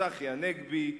צחי הנגבי,